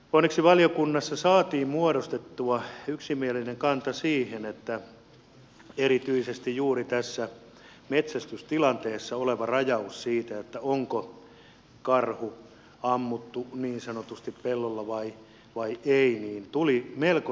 onneksi valiokunnassa saatiin muodostettua yksimielinen kanta siihen että erityisesti juuri tähän metsästystilanteeseen liittyvä rajaus siitä onko karhu ammuttu niin sanotusti pellolla vai ei tuli melko selväpiirteiseksi